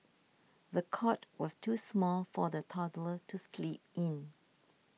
the cot was too small for the toddler to sleep in